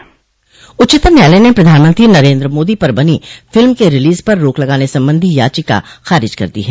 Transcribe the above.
उच्चतम न्यायालय ने प्रधानमंत्री नरेन्द्र मोदी पर बनी फिल्म के रिलीज पर रोक लगाने संबंधी याचिका खारिज कर दी है